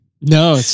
No